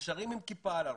נשארים עם כיפה על הראש,